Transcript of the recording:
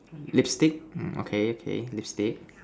lipstick okay okay lipstick